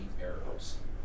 errors